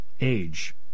age